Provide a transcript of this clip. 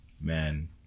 man